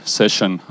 session